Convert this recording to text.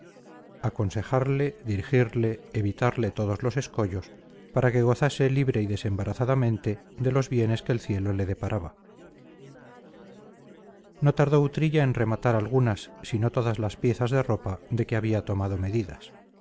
aconsejarle dirigirle evitarle todos los escollos para que gozase libre y desembarazadamente de los bienes que el cielo le deparaba no tardó utrilla en rematar algunas si no todas las piezas de ropa de que había tomado medidas